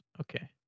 Okay